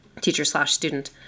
teacher-slash-student